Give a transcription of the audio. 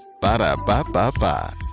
Ba-da-ba-ba-ba